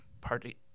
party